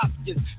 options